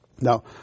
Now